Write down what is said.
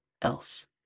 else